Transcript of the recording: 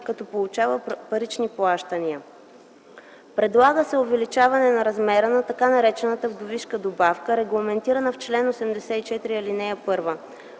като получава парични плащания. Предлага се увеличаване на размера на така наречената „вдовишка добавка”, регламентирана в чл. 84, ал. 1.